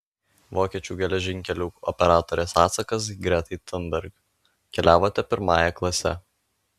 vokiečių geležinkelių operatorės atsakas gretai thunberg keliavote pirmąja klase